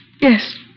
Yes